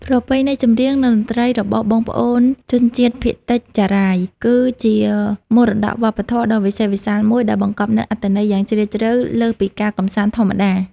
ប្រពៃណីចម្រៀង និងតន្ត្រីរបស់បងប្អូនជនជាតិភាគតិចចារាយ គឺជាមរតកវប្បធម៌ដ៏វិសេសវិសាលមួយ ដែលបង្កប់នូវអត្ថន័យយ៉ាងជ្រាលជ្រៅលើសពីការកម្សាន្តធម្មតា។